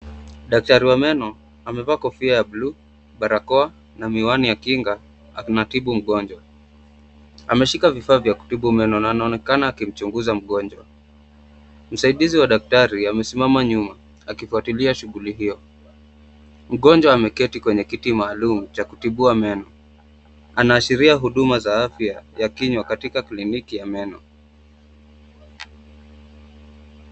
Daktari wa meno amevaa kofia ya bluu, barakoa na miwani ya kinga ana tibu mgonjwa. Anashika vifaa vya kutibu meno na anaonekana akimchunguza mgonjwa, msaidizi wa daktari ame simama nyuma akifautilia shughuli hiyo. Mgonjwa ameketi kwenye kiti maalum cha kuyibiwa meno, ana ashiria huduma za afya ya kinywa katika kliniki ya meno.